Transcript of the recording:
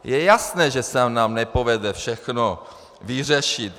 Je jasné, že se nám nepovede všechno vyřešit.